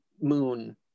moon